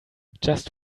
just